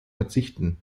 verzichten